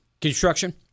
construction